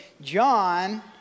John